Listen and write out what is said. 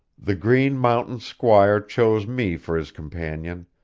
the green mountain squire chose me for his companion,